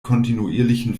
kontinuierlichen